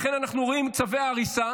לכן אנחנו רואים צווי הריסה